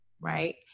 right